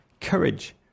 Courage